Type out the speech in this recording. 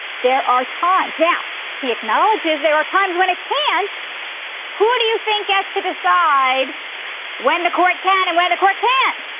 there are times now he acknowledges there were times when it can't who do you think gets to decide when the court can and when the court can't?